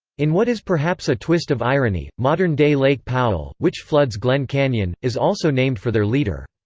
in what is perhaps a twist of irony, modern-day lake powell, which floods glen canyon, is also named for their leader.